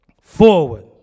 forward